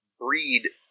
breed